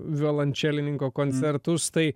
violončelininko koncertus tai